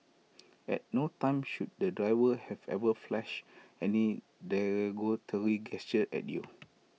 at no time should the driver have ever flashed any derogatory gesture at you